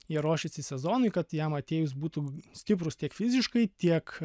jie ruošėsi sezonui kad jam atėjus būtų stiprūs tiek fiziškai tiek